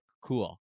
cool